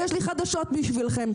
יש לי חדשות בשבילכם,